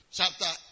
chapter